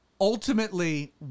ultimately